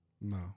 No